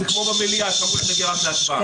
או שזה כמו במליאה שאתה מגיע רק להצבעה?